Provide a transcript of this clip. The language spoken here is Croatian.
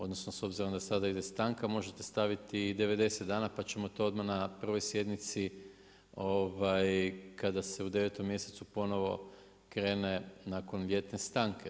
Odnosno s obzirom da sada ide stanka možete staviti i 90 dana pa ćemo to odmah na 1. sjednici kada se u 9 mjesecu ponovno krene nakon ljetne stanke.